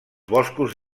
boscos